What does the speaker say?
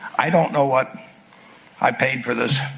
i don't know, what i paid for this?